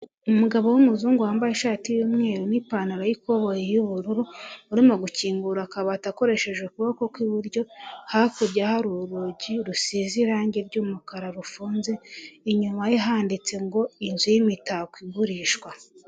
Umugabo w'umuzungu wambaye ishati y'umweru n'ipantaro y'ikoboyi y'ubururu, urimo gukingura akabati akoresheje ukuboko kw'iburyo, hakurya hari urugi rusize irangi ry'umukara rufunze, inyuma ye handitse ngo inzu y'imitako igurishwa.